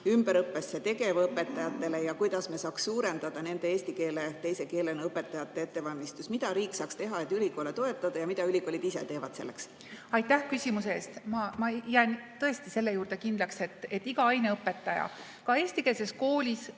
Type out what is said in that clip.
ümberõppesse tegevõpetajatele ja kuidas me saaks suurendada eesti keele teise keelena õpetajate ettevalmistust? Mida riik saaks teha, et ülikoole toetada, ja mida ülikoolid ise teevad selleks? Aitäh küsimuse eest! Ma jään tõesti selle juurde kindlaks, et iga aineõpetaja ka eestikeelses koolis